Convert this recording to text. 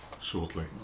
shortly